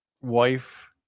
wife